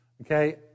Okay